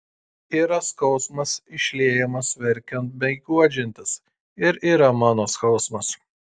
yra skausmas išliejamas verkiant bei guodžiantis ir yra mano skausmas